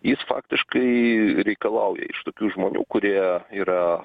jis faktiškai reikalauja iš tokių žmonių kurie yra